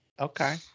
Okay